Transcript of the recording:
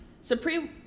Supreme